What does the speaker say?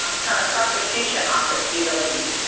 um kind of prosecution office be the lead?